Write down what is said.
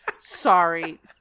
Sorry